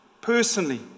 personally